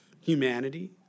humanity